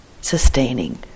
sustaining